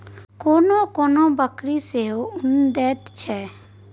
कोनो कोनो बकरी सेहो उन दैत छै